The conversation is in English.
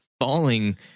falling